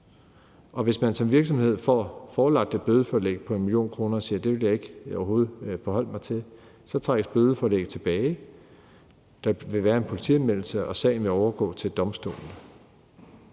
Og hvis man som virksomhed får forelagt et bødeforelæg på 1 mio. kr. og man siger, at det vil man overhovedet ikke forholde sig til, så trækkes bødeforelægget tilbage, der vil være en politianmeldelse, og sagen vil overgå til domstolene.